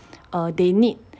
err they need